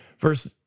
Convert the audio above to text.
Verse